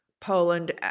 Poland